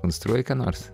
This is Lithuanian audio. konstruoji ką nors